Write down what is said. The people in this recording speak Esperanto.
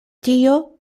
tio